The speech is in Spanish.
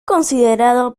considerado